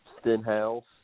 Stenhouse